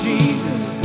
Jesus